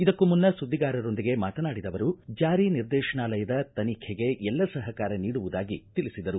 ಇದಕ್ಕೂ ಮುನ್ನ ಸುದ್ದಿಗಾರೊಂದಿಗೆ ಮಾತನಾಡಿದ ಅವರು ಜಾರಿ ನಿರ್ದೇಶನಾಲಯದ ತನಿಖೆಗೆ ಎಲ್ಲ ಸಹಕಾರ ನೀಡುವುದಾಗಿ ತಿಳಿಸಿದರು